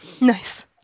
Nice